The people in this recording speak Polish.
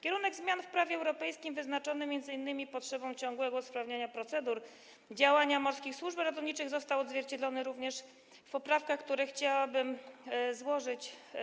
Kierunek zmian w prawie europejskim, wyznaczony m.in. przez potrzebę ciągłego usprawniania procedur działania morskich służb ratowniczych, został odzwierciedlony również w poprawkach, które chciałabym złożyć.